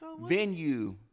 venue